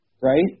right